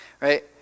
Right